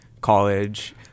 college—